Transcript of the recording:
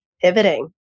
pivoting